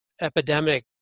epidemic